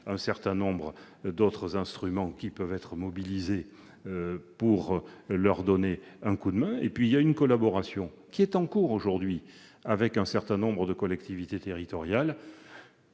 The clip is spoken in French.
Un certain nombre d'autres instruments peuvent également être mobilisés pour leur donner un coup de main. En outre, une collaboration est en cours avec un certain nombre de collectivités territoriales.